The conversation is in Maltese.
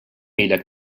ilek